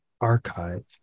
Archive